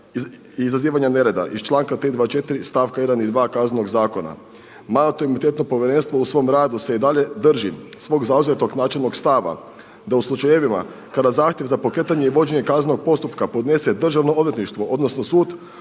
izazivanja nereda iz članka 324. stavka 1. i 2. Kaznenog zakona. Mandatno-imunitetno povjerenstvo u svom radu se i dalje drži svog zauzetog načelnog stava da u slučajevima kada zahtjev za pokretanje i vođenje kaznenog postupka podnese Državno odvjetništvo odnosno sud